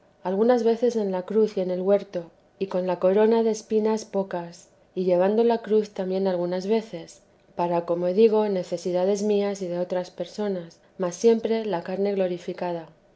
algunas veces en la cruz y en el huerto y con la corona de espinas pocas y llevando la cruz también algunas veces para como digo necesidades mías y de otras personas mas siempre la carne glorificada